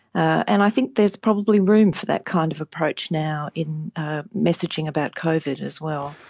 and i think there is probably room for that kind of approach now in messaging about covid as well.